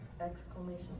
exclamation